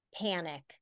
panic